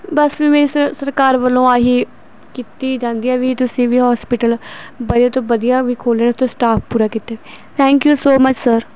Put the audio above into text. ਬਸ ਵੀ ਸ ਸਰਕਾਰ ਵੱਲੋਂ ਆ ਹੀ ਕੀਤੀ ਜਾਂਦੀ ਹੈ ਵੀ ਤੁਸੀਂ ਵੀ ਹੋਸਪਿਟਲ ਵਧੀਆ ਤੋਂ ਵਧੀਆ ਵੀ ਖੋਲ੍ਹਣ ਉੱਥੇ ਸਟਾਫ ਪੂਰਾ ਕੀਤਾ ਜਾਵੇ thank you so much sir